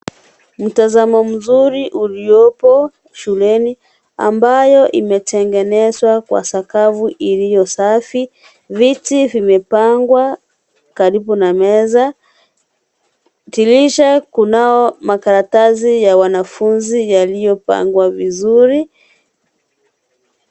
Mtazamo mzuri uliopo shuleni ambayo imetengenezwa kwa sakafu iliyo safi. Viti vimepangwa karibu na meza. Dirisha kunao makaratasi ya wanafunzi yaliyopangwa viuri.